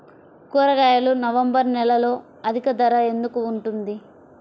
కూరగాయలు నవంబర్ నెలలో అధిక ధర ఎందుకు ఉంటుంది?